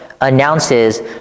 announces